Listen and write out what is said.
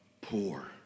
poor